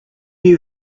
you